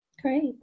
great